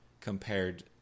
compared